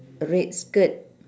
red skirt